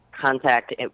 contact